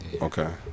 Okay